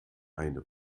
eine